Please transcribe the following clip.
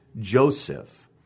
Joseph